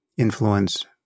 influence